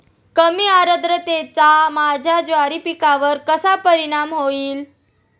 कमी आर्द्रतेचा माझ्या ज्वारी पिकावर कसा परिणाम होईल?